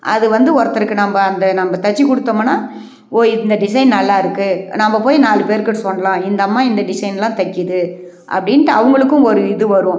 அது வந்து ஒருத்தருக்கு நம்ம அந்த நம்ம தைச்சி கொடுத்தோம்மன்னா ஓ இந்த டிசைன் நல்லா இருக்குது நம்ம போய் நாலு பேருக்கிட்டே சொலலாம் இந்த அம்மா இந்த டிசைன்லாம் தைக்கிது அப்படின்ட்டு அவங்களுக்கும் ஒரு இது வரும்